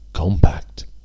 Compact